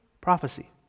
prophecy